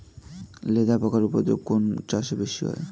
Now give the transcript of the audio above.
লেদা পোকার উপদ্রব কোন চাষে বেশি হয়?